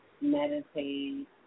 meditate